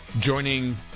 Joining